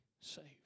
saved